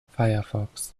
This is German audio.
firefox